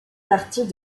partie